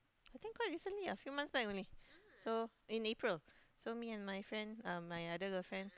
I think quite recently lah few months back only so in April so me and my friend um my other girl friend